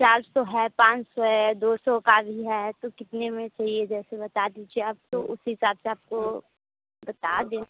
चार सौ है पाँच सौ है दो सौ का भी है तो कितने में चाहिए जैसे बता दीजिए आप तो उस हिसाब से आपको बता दें